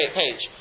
page